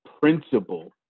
principle